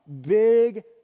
big